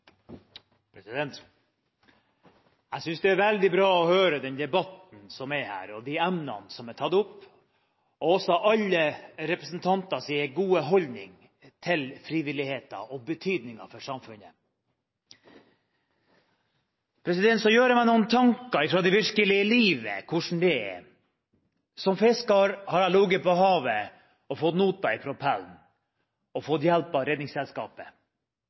vekstvilkår. Jeg synes det er veldig bra å høre den debatten som er her, de emnene som er tatt opp, og også alle representantenes gode holdning til frivilligheten og betydningen for samfunnet. Jeg gjør meg noen tanker fra det virkelige livet, hvordan det er. Som fisker har jeg ligget på havet og fått nota i propellen og fått hjelp av Redningsselskapet.